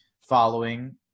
following